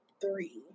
three